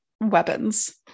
weapons